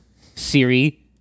Siri